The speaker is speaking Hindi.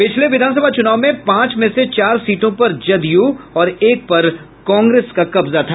पिछले विधानसभा चुनाव में पांच में से चार सीटों पर जदयू और एक पर कांग्रेस का कब्जा था